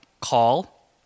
call